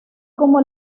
como